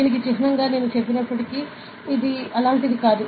దీనికి చిహ్నంగా నేను చెప్పినప్పటికీ ఇది అలాంటిది కాదు